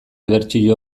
bertsio